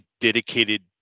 dedicated